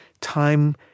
time